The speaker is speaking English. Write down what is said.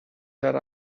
that